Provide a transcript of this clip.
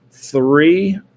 Three